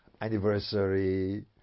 anniversary